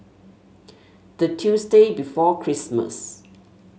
the Tuesday before Christmas